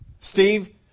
Steve